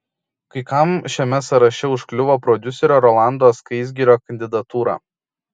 kai kam šiame sąraše užkliuvo prodiuserio rolando skaisgirio kandidatūra